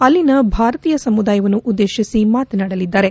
ಅಲ್ಲಿ ಭಾರತೀಯ ಸಮುದಾಯವನ್ನು ಉದ್ದೇಶಿಸಿ ಮಾತನಾಡಲಿದ್ದಾರೆ